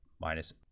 minus